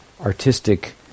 artistic